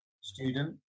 student